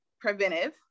preventive